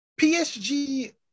PSG